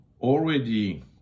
already